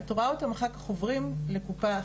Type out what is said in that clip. את רואה אותם אחר כך עוברים לקופה אחרת.